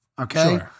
Okay